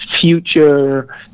Future